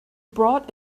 brought